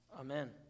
Amen